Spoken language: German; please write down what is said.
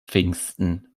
pfingsten